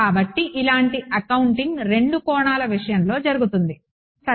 కాబట్టి ఇలాంటి అకౌంటింగ్ రెండు కోణాల విషయంలో జరుగుతుంది సరే